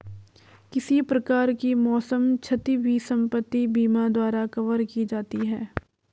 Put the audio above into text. किसी प्रकार की मौसम क्षति भी संपत्ति बीमा द्वारा कवर की जाती है